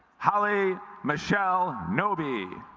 hawley michelle no be